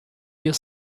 you